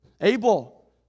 Abel